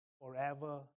forever